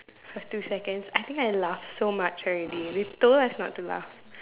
for two seconds I think I laugh so much already they told us not to laugh